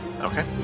Okay